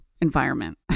environment